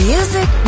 Music